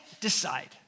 decide